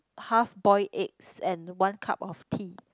half boil eggs and one cup of tea